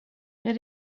jag